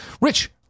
rich